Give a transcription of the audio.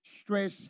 stress